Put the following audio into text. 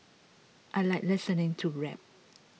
I like listening to rap